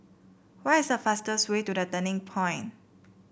what is the fastest way to The Turning Point